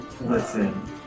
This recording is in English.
Listen